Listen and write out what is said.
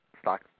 stock